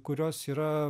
kurios yra